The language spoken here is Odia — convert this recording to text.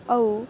ଆଉ